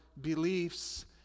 beliefs